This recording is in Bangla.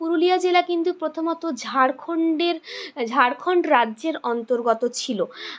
পুরুলিয়া জেলা কিন্তু প্রথমত ঝাড়খণ্ডের ঝাড়খণ্ড রাজ্যের অন্তর্গত ছিলো